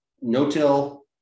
no-till